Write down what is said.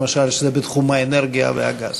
כי זה בתחום האנרגיה והגז.